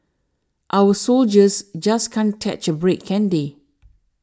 our soldiers just can't catch a break can't they